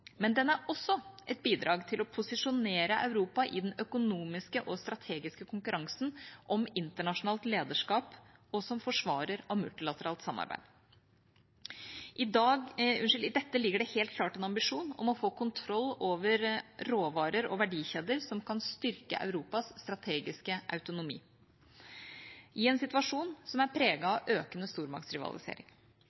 Men den er også et bidrag til å posisjonere Europa i den økonomiske og strategiske konkurransen om internasjonalt lederskap og som forsvarer av multilateralt samarbeid. I dette ligger det helt klart en ambisjon om å få kontroll over råvarer og verdikjeder som kan styrke Europas strategiske autonomi, i en situasjon som er